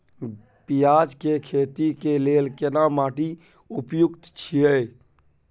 पियाज के खेती के लेल केना माटी उपयुक्त छियै?